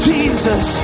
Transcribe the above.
Jesus